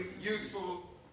useful